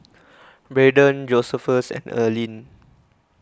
Braedon Josephus and Earline